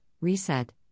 Reset